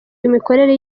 imikorere